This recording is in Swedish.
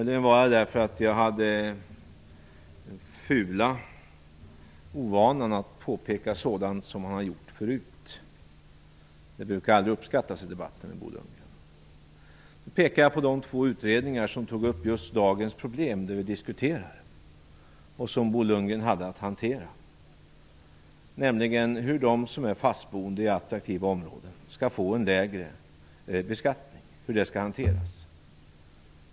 Det var därför att jag har den fula ovanan att påpeka sådant som han har gjort förut. Det brukar aldrig uppskattas i debatten med Bo Lundgren. Jag pekade på de två utredningar som tog upp det problem som vi diskuterar i dag och som Bo Lundgren hade att hantera, nämligen hur de som är fastboende i attraktiva områden skall ha en lägre beskattning och hur det skall hanteras.